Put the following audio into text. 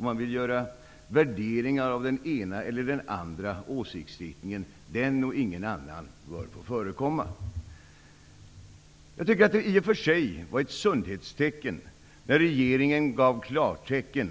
Man vill göra värderingar av den ena eller den andra åsiktsriktningen och säga vilka som bör få förekomma. Jag tycker att det var ett sundhetstecken att regeringen gav klartecken